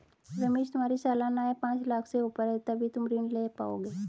रमेश तुम्हारी सालाना आय पांच लाख़ से ऊपर है तभी तुम ऋण ले पाओगे